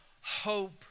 hope